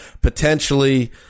potentially